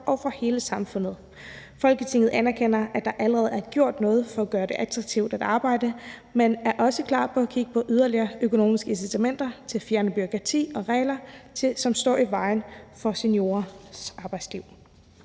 og for hele samfundet. Folketinget anerkender, at der allerede er gjort noget for at gøre det attraktivt at arbejde, men er også klar til at kigge på yderligere økonomiske incitamenter og til at fjerne bureaukrati og regler, der må stå i vejen for seniorers arbejdsliv.«